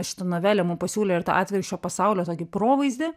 šitą novelę mum pasiūlė ir tą atvirkščio pasaulio tokį provaizdį